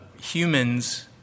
humans